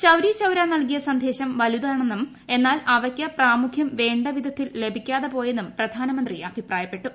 ചൌരി ചൌരാ നൽകിയുട്ട് സ്ന്ദേശം വലുതായിരുന്നെന്നും എന്നാൽ അവയ്ക്ക് പ്രാമുഖ്യം വേണ്ടവിധത്തിൽ ലഭിക്കാതെപോയെന്നും പ്രധാനമന്ത്രി അഭിപ്രായപ്പെട്ടു